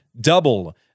double